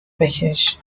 بکش